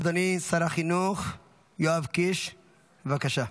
אדוני שר החינוך יואב קיש, בבקשה.